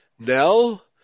Nell